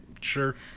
Sure